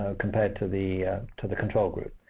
ah compared to the to the control group.